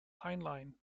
heinlein